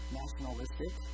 nationalistic